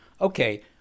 Okay